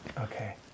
Okay